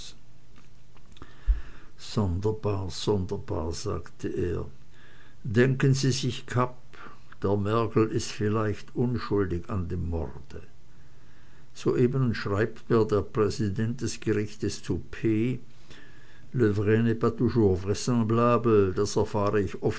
sonderbar sonderbar sagte er denken sie sich kapp der mergel ist vielleicht unschuldig an dem morde soeben schreibt mir der präsident des gerichtes zu p le vrai n'est pas toujours vraisemblable das erfahre ich